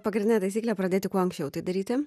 pagrindinė taisyklė pradėti kuo anksčiau tai daryti